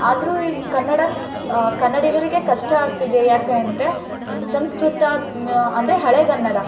ಆದರೂ ಕನ್ನಡ ಕನ್ನಡಿಗರಿಗೆ ಕಷ್ಟ ಆಗ್ತಿದೆ ಯಾಕೆ ಅಂದರೆ ಸಂಸ್ಕೃತ ಅಂದರೆ ಹಳೆಗನ್ನಡ